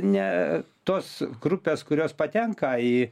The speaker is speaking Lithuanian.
ne tos grupės kurios patenka į